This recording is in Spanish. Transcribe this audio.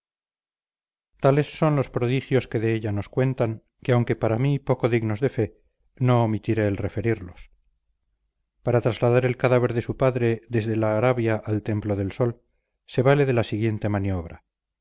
tales son los prodigios que de ella nos cuentan que aunque para mi poco dignos de fe no omitiré el referirlos para trasladar el cadáver de su padre desde la arabia al templo del sol se vale de la siguiente maniobra